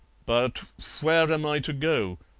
but where am i to go?